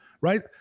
right